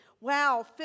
Wow